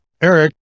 Eric